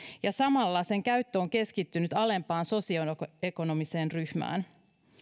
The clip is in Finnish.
ja samalla sen käyttö on keskittynyt alempaan sosioekonomiseen ryhmään